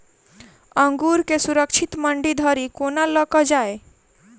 अंगूर केँ सुरक्षित मंडी धरि कोना लकऽ जाय?